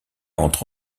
entre